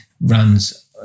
runs